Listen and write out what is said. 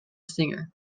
singer